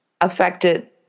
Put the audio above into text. affected